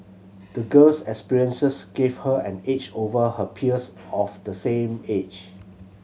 the girl's experiences gave her an edge over her peers of the same age